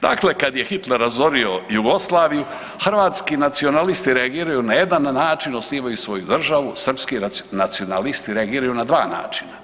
Dakle, kad je Hitler razorio Jugoslaviju hrvatski nacionalisti reagiraju na jedan način, osnivaju svoju državu, srpski nacionalisti reagiraju na dva načina.